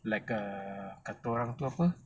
like err kata orang tu apa